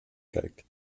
kijkt